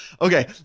Okay